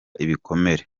ibikomere